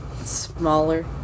smaller